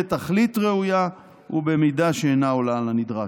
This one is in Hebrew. לתכלית ראויה ובמידה שאינה עולה על הנדרש.